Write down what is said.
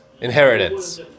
inheritance